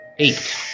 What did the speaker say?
Eight